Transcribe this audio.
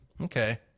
Okay